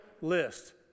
list